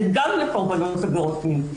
זה גם לקורבנות עבירות מין.